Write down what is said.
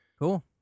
Cool